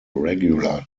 regular